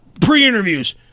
pre-interviews